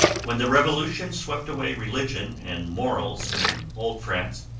when the revolution swept away religion and morals in old france,